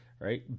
right